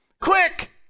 quick